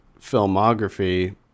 filmography